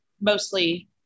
mostly